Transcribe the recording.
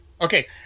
okay